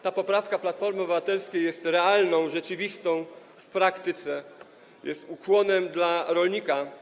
Ta poprawka Platformy Obywatelskiej jest realna, rzeczywista, praktyczna, jest ukłonem w stronę rolnika.